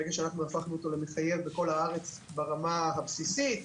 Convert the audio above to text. ברגע שהפכנו אותו למחייב בכל הארץ ברמה הבסיסית,